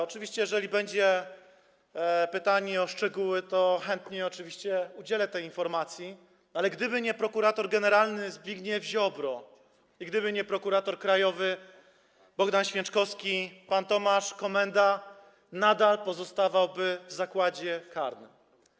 Oczywiście jeżeli będzie pytanie o szczegóły, to chętnie udzielę tej informacji, ale gdyby nie prokurator generalny Zbigniew Ziobro i gdyby nie prokurator krajowy Bogdan Święczkowski, pan Tomasz Komenda nadal pozostawałby w zakładzie karnym.